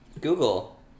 google